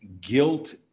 guilt